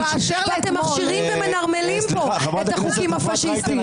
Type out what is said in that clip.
ואתם משאירים ומנרמלים פה את החוקים הפשיסטיים.